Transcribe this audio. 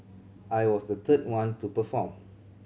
I was the third one to perform